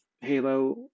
halo